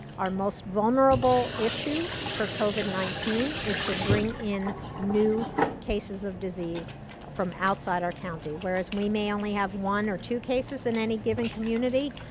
our most vulnerable issue for covid nineteen is to bring in new cases of disease from outside our county. whereas we may only have one or two cases in any given community,